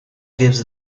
gives